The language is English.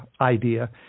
idea